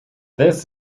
this